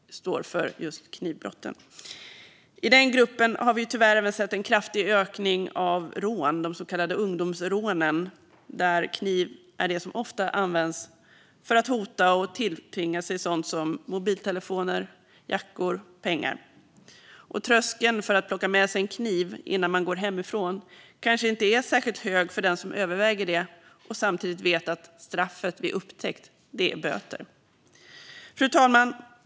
I den gruppen har vi tyvärr även sett en kraftig ökning av rån, de så kallade ungdomsrånen, där kniv är det som oftast används för att hota och tilltvinga sig sånt som mobiltelefoner, jackor och pengar. Tröskeln för att plocka med sig en kniv innan man går hemifrån kanske inte är särskilt hög för den som överväger saken och samtidigt vet att straffet vid upptäckt är böter. Fru talman!